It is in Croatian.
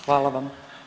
Hvala vam.